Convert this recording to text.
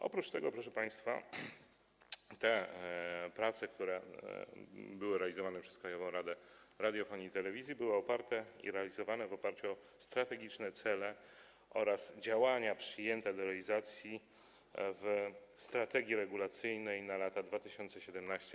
Oprócz tego, proszę państwa, te prace, które były realizowane przez Krajową Radę Radiofonii i Telewizji, były realizowane w oparciu o strategiczne cele oraz działania przyjęte do realizacji w strategii regulacyjnej na lata 2017–2022.